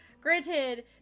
Granted